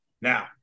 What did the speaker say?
Now